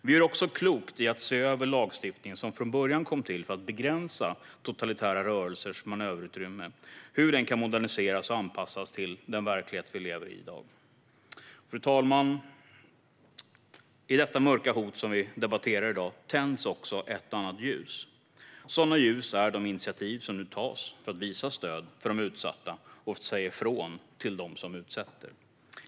Vi gör också klokt i att se över lagstiftningen, som från början kom till för att begränsa totalitära rörelsers manöverutrymme, och hur den kan moderniseras och anpassas till den verklighet vi lever i i dag. Fru talman! I detta mörka hot som vi debatterar i dag tänds också ett och annat ljus. Sådana ljus är de initiativ som nu tas för att visa stöd för de utsatta och säga ifrån till dem som utsätter.